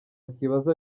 akibaza